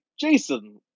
jason